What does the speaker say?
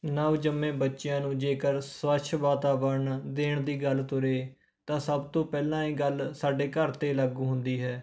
ਨਵਜੰਮੇ ਬੱਚਿਆਂ ਨੂੰ ਜੇਕਰ ਸਵੱਛ ਵਾਤਾਵਰਨ ਦੇਣ ਦੀ ਗੱਲ ਤੁਰੇ ਤਾਂ ਸਭ ਤੋਂ ਪਹਿਲਾਂ ਇਹ ਗੱਲ ਸਾਡੇ ਘਰ 'ਤੇ ਲਾਗੂ ਹੁੰਦੀ ਹੈ